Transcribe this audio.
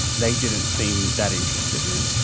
they didn't seem that interested in